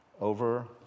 over